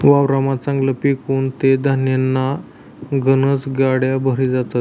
वावरमा चांगलं पिक उनं ते धान्यन्या गनज गाड्या भरी जातस